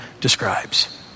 describes